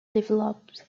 developed